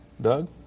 Doug